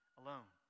alone